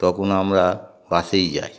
তখন আমরা বাসেই যাই